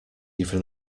even